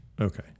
okay